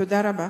תודה רבה.